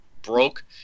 broke